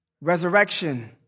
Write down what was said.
Resurrection